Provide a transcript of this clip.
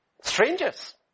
Strangers